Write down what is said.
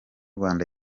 rwanda